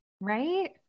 right